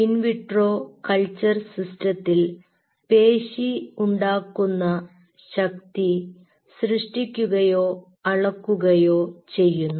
in vitro culture സിസ്റ്റത്തിൽ പേശി ഉണ്ടാക്കുന്ന ശക്തി സൃഷ്ടിക്കുകയോ അളക്കുകയോ ചെയ്യുന്നു